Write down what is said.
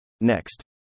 Next